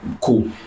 cool